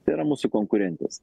tai yra mūsų konkurentės